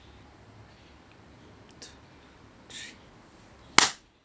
two three